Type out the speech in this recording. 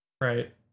Right